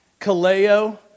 Kaleo